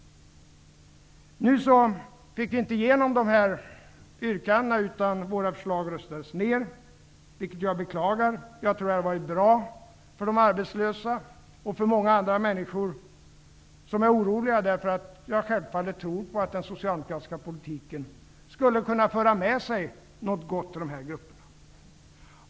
Nu fick vi inte igenom våra yrkanden, utan våra förslag röstades ner, vilket jag beklagar. Jag tror att det hade varit bra för de arbetslösa och för många andra människor som är oroliga, därför att jag självfallet tror att den socialdemokratiska politiken skulle kunna föra med sig något gott åt dessa grupper.